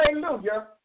hallelujah